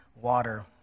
water